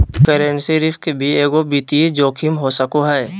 currency risk भी एगो वित्तीय जोखिम हो सको हय